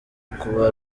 kuba